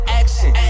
action